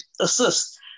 assist